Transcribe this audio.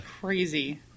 crazy